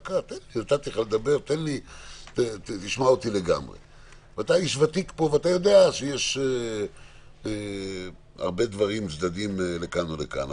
אתה איש ותיק פה ואתה יודע שיש הרבה דברים וצדדים לכאן ולכאן.